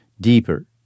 deeper